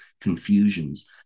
confusions